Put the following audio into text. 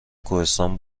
کوهستان